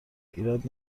ایراد